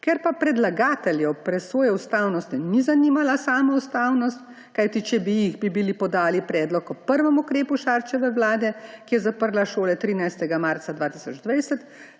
Ker pa predlagateljev ob presoji ustavnosti ni zanimala sama ustavnost, če bi jih, bi bili podali predlog ob prvem ukrepu Šarčeve vlade, ki je zaprla šole 13. marca 2020,